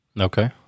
Okay